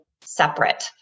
separate